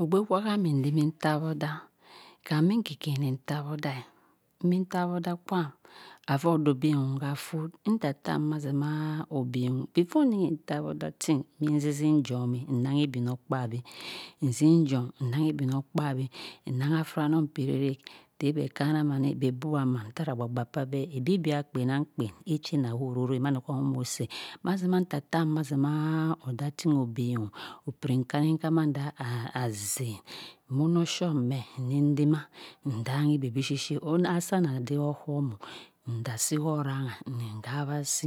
Ogbe kah ham imzini tawodah kahm mi kea keani nterwodah mil terwodah kwam avoh doh sin nterfoh ntertah mah obhehung before mmi terwodah tin nzi zin jom eh nnang igbinogkpaabi nnanghor afranong hi rag rake teh beh kana mana eh be buwa mahn tarah gba gba sah beh ebibia kpenang kpen echina ororo eh nandoh onoh say mazi ma ntertah mahzima oderh ting ogbemwooh opiri nkaninkah mahn dear azain monoh shoh meh nnidima ndanghi beh bishi shi asah anah dey oham oh ndch si orangha ndihawasi